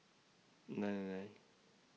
nine nine nine